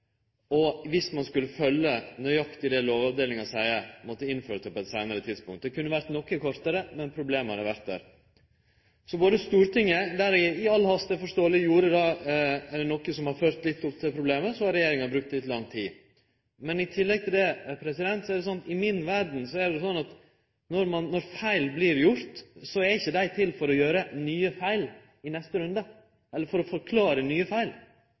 og viss ein skulle følgje nøyaktig det som Lovavdelinga seier, måtte ein innført det på eit seinare tidspunkt. Det kunne ha vorte noko kortare, men problemet ville ha vore der. Så Stortinget gjorde då – i all hast, det er forståeleg – noko som har ført til litt problem, og så har regjeringa brukt litt lang tid. Men i mi verd er det slik at når det vert gjort feil, så er ikkje dei til for å gjere nye feil i neste runde, eller for å forklare nye feil,